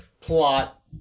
plot